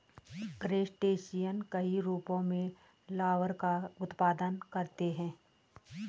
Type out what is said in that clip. crustacean कई रूपों में लार्वा का उत्पादन करते हैं